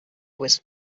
was